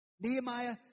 Nehemiah